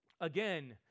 Again